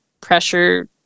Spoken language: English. pressure